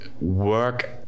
work